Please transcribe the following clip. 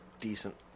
decent